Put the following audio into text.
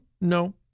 No